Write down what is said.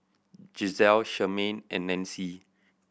Gisele Charmaine and Nancy